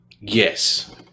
Yes